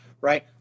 right